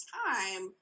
time